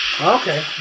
Okay